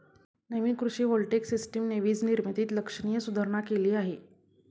नवीन कृषी व्होल्टेइक सिस्टमने वीज निर्मितीत लक्षणीय सुधारणा केली आहे